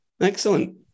Excellent